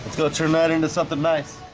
go turn that into something nice